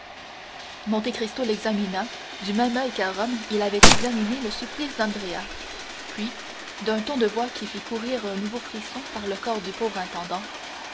bouleversé monte cristo l'examina du même oeil qu'à rome il avait examiné le supplice d'andrea puis d'un ton de voix qui fit courir un nouveau frisson par le corps du pauvre intendant